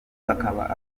akaba